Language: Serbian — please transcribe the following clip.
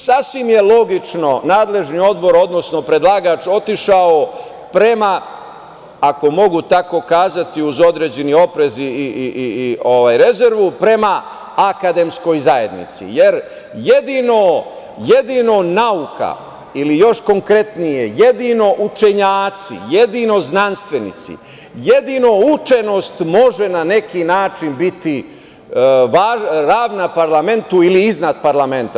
Sasvim je logično, nadležni Odbor, odnosno predlagač da je otišao prema, ako mogu tako kazati, uz određeni oprez i rezervu, akademskoj zajednici, jer jedino nauka ili još konkretnije, jedino učenjaci, jedino znanstvenici, jedino učenost može na neki način biti ravna parlamentu ili iznad parlamenta.